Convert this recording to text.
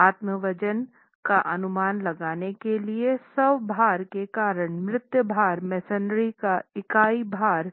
आत्म वजन का अनुमान लगाने के लिए स्व भार के कारण मृत भार मेसनरी का इकाई भार